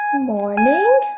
morning